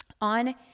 on